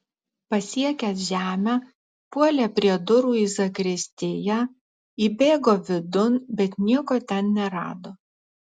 pasiekęs žemę puolė prie durų į zakristiją įbėgo vidun bet nieko ten nerado